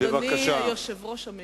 אדוני היושב-ראש המיועד,